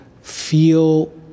feel